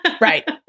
Right